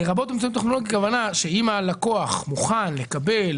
"לרבות באמצעים טכנולוגיים" הכוונה היא שאם הלקוח מוכן לקבל,